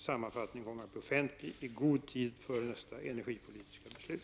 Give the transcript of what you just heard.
Sammanfattningen kommer att bli offentlig i god tid före nästa energipolitiska beslut.